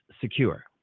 secure